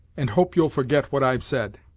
and hope you'll forget what i've said.